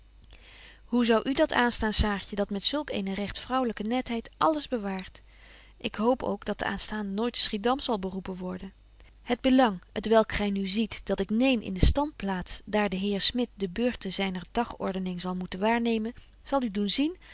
hoe zou u dat aanstaan saartje die met zulk eene recht vrouwelyke netheid alles bewaart ik hoop ook dat de aanstaande nooit te schiedam zal beroepen worden het belang t welk gy nu ziet dat ik neem in de standplaats daar de heer smit de beurte zyner dagordening zal moeten waarnemen zal u doen zien